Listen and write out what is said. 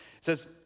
says